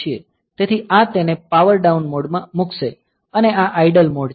તેથી આ તેને પાવર ડાઉન મોડમાં મૂકશે અને આ આઇડલ મોડ છે